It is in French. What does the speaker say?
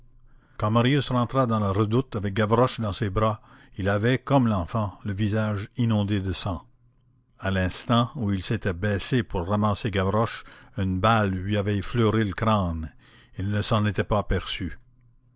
quand marius rentra dans la redoute avec gavroche dans ses bras il avait comme l'enfant le visage inondé de sang à l'instant où il s'était baissé pour ramasser gavroche une balle lui avait effleuré le crâne il ne s'en était pas aperçu